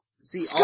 see